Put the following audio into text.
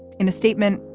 in a statement,